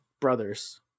brothers